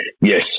Yes